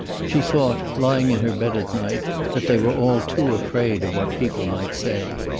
she thought, lying in her bed at night, that they were all too afraid of what people might say.